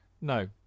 No